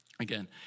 Again